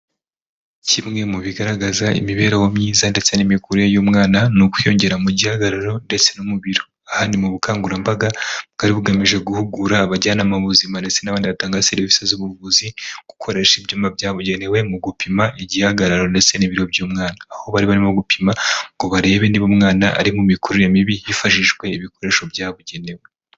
Kimwe mu bigaragaza imibereho myiza ndetse n'imikurire y'umwana, ni ukwiyongera mu gihagararo ndetse no mu biro. Aha ni mu bukangurambaga bwari bugamije guhugura abajyanama b'ubuzima ndetse n'abandi batanga serivisi z'ubuvuzi, gukoresha ibyuma byabugenewe mu gupima igihagararo ndetse n'ibiro by'umwana, aho bari barimo gupima ngo barebe niba umwana ari mu mikurire mibi hifashishijwe ibikoresho bya bugenewe.